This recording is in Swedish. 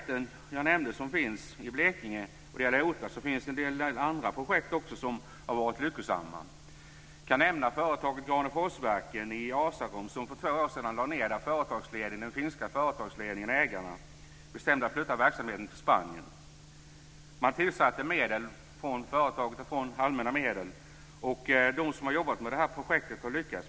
Utöver de OTA-projekt i Blekinge som jag nämnde finns en del andra lyckosamma projekt. Jag kan nämna företaget Graneforsverken i Asarum som lade ned för två år sedan. Ägarna och den finska företagsledningen bestämde att flytta verksamheten till Spanien. Man tillsatte medel från företaget och allmänna medel. De som har jobbat med projektet har lyckats.